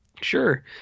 Sure